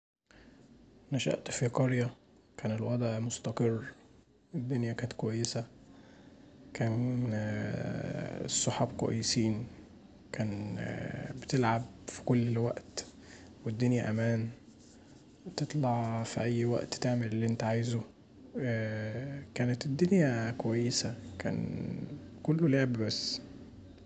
نشأت في قرية الوضع كان مستقر والدنيا كانت كويسه، كان الصحاب كويسين، كان بتلعب في كل وقت والدنيا أمان، بتطلع في اي وقت تعمل اللي انت عايزه كانت الدنيا كويسه، كان كله لعب بس.